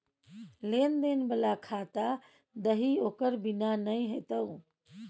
लेन देन बला खाता दही ओकर बिना नै हेतौ